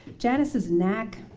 janice's knack